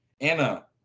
Anna